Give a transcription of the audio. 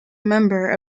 member